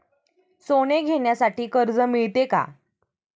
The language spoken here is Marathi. सोने घेण्यासाठी कर्ज मिळते का?